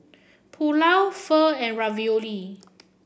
Pulao Pho and Ravioli